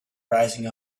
rising